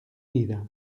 ida